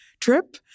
trip